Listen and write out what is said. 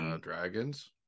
dragons